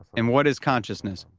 and what is consciousness?